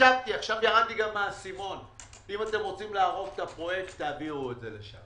אם אתם רוצים להרוג את הפרויקט תעבירו את זה לשם.